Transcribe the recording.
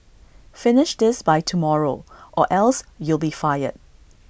finish this by tomorrow or else you'll be fired